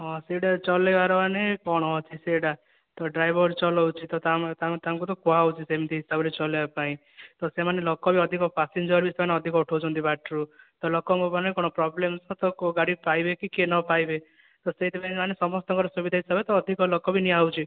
ହଁ ସେଟା ଚଲେଇବାର ମାନେ କଣ ଅଛି ସେଇଟା ତ ଡ୍ରାଇଭର ଚଲଉଛି ଆଉ ତାଙ୍କୁ ତ କୁହା ହେଉଛି ସେମିତି ହିସାବରେ ଚଲେଇବା ପାଇଁ ତ ସେମାନେ ଲୋକ ବି ଅଧିକ ପାସେଞ୍ଜର ବି ଅଧିକ ଉଠଉଛନ୍ତି ସେମାନେ ବାଟରୁ ତ ଲୋକ ଙ୍କ ମାନେ କଣ ପ୍ରୋବଲେମ କେଉଁ ଗାଡ଼ି ପାଇବେକି କିଏ ନପାଇବେ ତ ସେଇଥିପାଇଁ ସେମାନେ ସମସ୍ତ ଙ୍କ ସୁବିଧା ହିସାବରେ ଅଧିକ ଲୋକ ବି ନିଆ ହେଉଛି